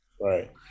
Right